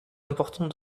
important